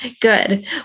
good